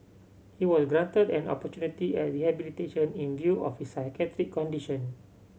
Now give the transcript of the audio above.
he was granted an opportunity at rehabilitation in view of his psychiatric condition